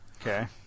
Okay